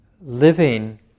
living